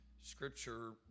scripture